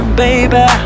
baby